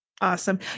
Awesome